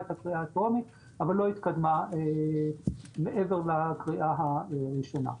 את הקריאה הטרומית אבל לא התקדמה מעבר לקריאה הראשונה.